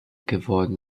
geworden